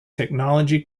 technology